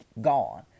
Gone